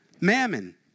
mammon